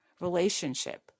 relationship